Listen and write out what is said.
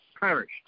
perished